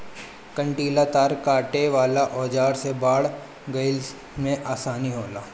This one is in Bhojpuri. कंटीला तार काटे वाला औज़ार से बाड़ लगईले में आसानी होला